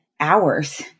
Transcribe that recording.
hours